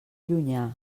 llunyà